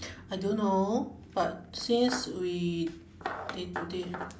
I don't know but since we did did